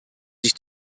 sich